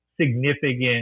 significant